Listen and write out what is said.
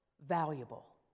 valuable